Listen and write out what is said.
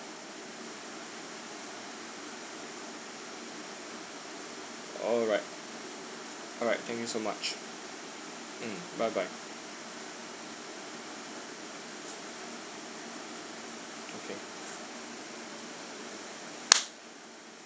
alright alright thank you so much mm bye bye okay